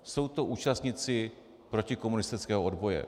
Jsou to účastníci protikomunistického odboje.